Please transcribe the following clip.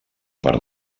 part